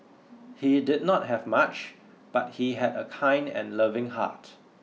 he did not have much but he had a kind and loving heart